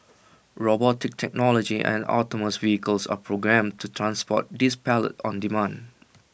robotic technology and autonomous vehicles are programmed to transport these pallets on demand